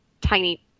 tiny